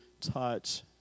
touch